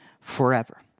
forever